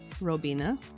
Robina